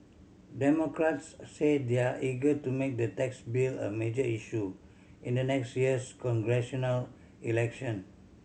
democrats say they're eager to make the tax bill a major issue in the next year's congressional election